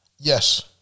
Yes